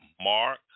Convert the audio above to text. Mark